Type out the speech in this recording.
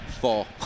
Four